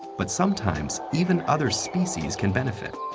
but sometimes, even other species can benefit.